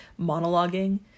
monologuing